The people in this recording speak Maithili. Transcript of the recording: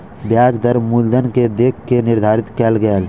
ब्याज दर मूलधन के देख के निर्धारित कयल गेल